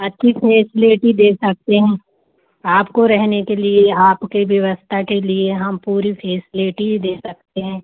अच्छी फेसलिटी दे सकते हैं आपको रहने के लिए आपके व्यवस्था के लिए हम पूरी फेसलिटी दे सकते हैं